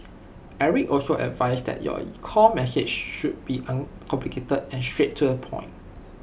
Eric also advised that your core message should be uncomplicated and straight to the point